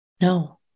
No